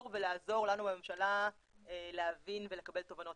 ולעזור לנו בממשלה להבין ולקבל תובנות